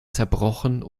zerbrochen